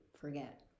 forget